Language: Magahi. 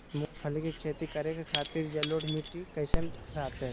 मूंगफली के खेती करें के खातिर जलोढ़ मिट्टी कईसन रहतय?